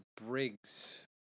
Briggs